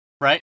Right